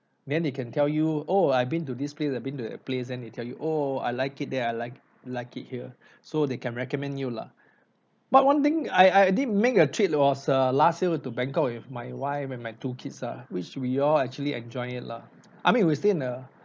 then they can tell you oh I've been to this place I've been to that place then they tell you oh I like it there I like like it here so they can recommend you lah but one thing I I did make a trip it was err last year to bangkok with my wife and my two kids ah which we all actually enjoy it lah I mean we stay in a